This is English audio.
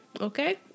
okay